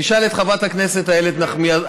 תשאל את חברת הכנסת איילת נחמיאס.